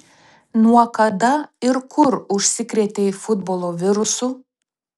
nuo kada ir kur užsikrėtei futbolo virusu